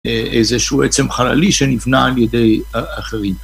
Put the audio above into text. איזשהו עצם חללי שנבנה על ידי אחרים.